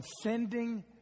sending